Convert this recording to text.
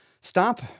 stop